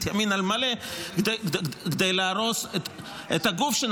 ימין על מלא כדי להרוס את --- איזה גוף?